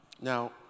Now